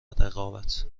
رقابت